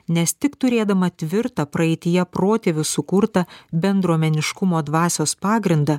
nes tik turėdama tvirtą praeityje protėvių sukurtą bendruomeniškumo dvasios pagrindą